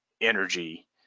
energy